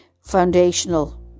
foundational